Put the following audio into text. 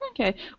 Okay